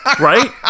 right